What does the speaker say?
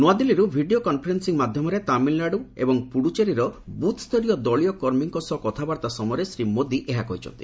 ନୂଆଦିଲ୍ଲୀରୁ video conferencing ମାଧ୍ୟମରେ ତାମିଲନାଡୁ ଏବଂ ପୁଡୁଚେରୀର ବୁଥ୍ସରୀୟ ଦଳୀୟ କର୍ମୀଙ୍କ ସହ କଥାବାର୍ତ୍ତା ସମୟରେ ଶ୍ରୀ ମୋଦି ଏହା କହିଛନ୍ତି